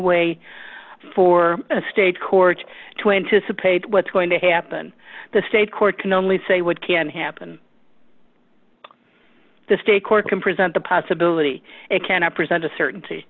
way for a state court twin to supinate what's going to happen the state court can only say what can happen the state court can present the possibility it cannot present a certainty